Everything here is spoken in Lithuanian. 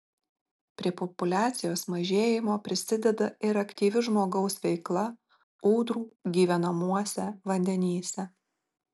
prie populiacijos mažėjimo prisideda ir aktyvi žmogaus veikla ūdrų gyvenamuose vandenyse